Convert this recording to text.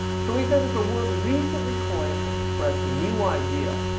so he says it is a word recently coined to express a new idea.